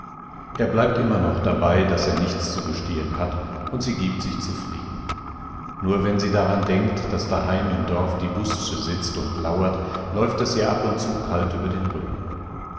er bleibt immer noch dabei daß er nichts zu gestehen hat und sie gibt sich zufrieden nur wenn sie daran denkt daß daheim im dorf die busze sitzt und lauert läuft es ihr ab und zu kalt über den rücken